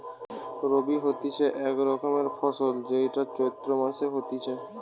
রবি হতিছে এক রকমের ফসল যেইটা চৈত্র মাসে হতিছে